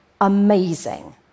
amazing